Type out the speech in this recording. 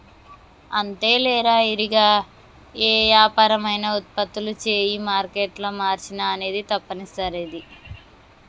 అంతేలేరా ఇరిగా ఏ యాపరం అయినా ఉత్పత్తులు చేయు మారేట్ల మార్చిన అనేది తప్పనిసరి